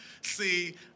See